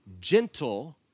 gentle